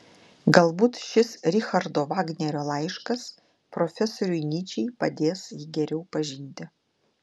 galbūt šis richardo vagnerio laiškas profesoriui nyčei padės jį geriau pažinti